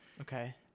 Okay